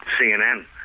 CNN